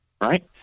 right